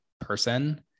person